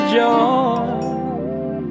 joy